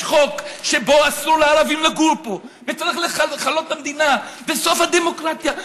יש חוק שבו אסור לערבים לגור פה וצריך לכלות את המדינה וסוף הדמוקרטיה.